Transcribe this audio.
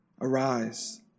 arise